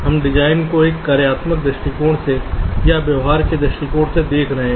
हम डिजाइन को एक कार्यात्मक दृष्टिकोण से या व्यवहार के दृष्टिकोण से देख रहे हैं